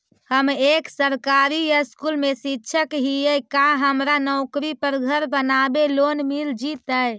हम एक सरकारी स्कूल में शिक्षक हियै का हमरा नौकरी पर घर बनाबे लोन मिल जितै?